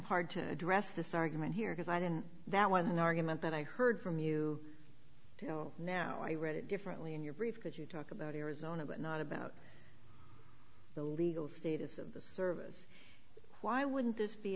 hard to address this argument here because i didn't that was an argument that i heard from you you know now i read it differently in your brief that you talk about arizona but not about the legal status of the service why wouldn't this be